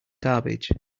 garbage